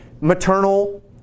maternal